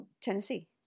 Tennessee